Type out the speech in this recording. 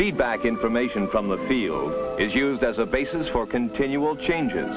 feedback information from the field is used as a basis for continual changes